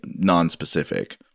nonspecific